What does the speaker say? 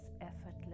effortless